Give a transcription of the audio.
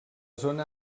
zona